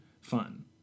fun